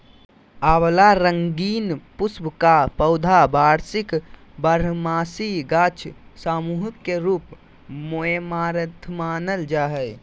आँवला रंगीन पुष्प का पौधा वार्षिक बारहमासी गाछ सामूह के रूप मेऐमारैंथमानल जा हइ